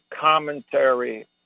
commentary